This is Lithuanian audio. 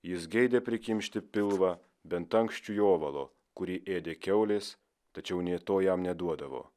jis geidė prikimšti pilvą bent ankščių jovalo kurį ėdė kiaulės tačiau nė to jam neduodavo